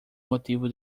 motivo